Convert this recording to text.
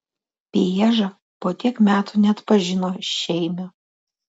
pieža po tiek metų neatpažino šeimio